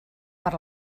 per